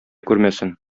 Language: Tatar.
күрмәсен